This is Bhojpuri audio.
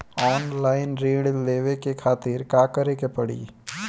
ऑनलाइन ऋण लेवे के खातिर का करे के पड़ी?